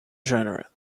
genera